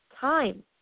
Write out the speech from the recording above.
Time